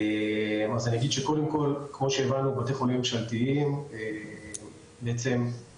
אז קודם כל בבתי חולים ממשלתיים פועלים